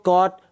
God